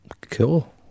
Cool